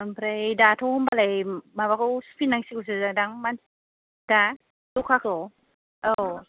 आमफ्राय दाथ' होनबालाय माबाखौ सुफिननांसिगौसोदां दा ज'खाखौ औ